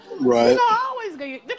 Right